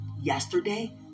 yesterday